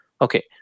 okay